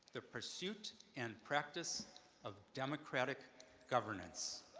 the pursuit and practice of democratic governance.